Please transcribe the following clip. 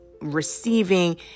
receiving